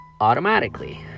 automatically